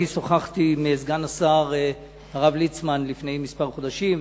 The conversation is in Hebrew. אני שוחחתי עם סגן השר הרב ליצמן לפני כמה חודשים,